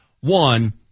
One